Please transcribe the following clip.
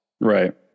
right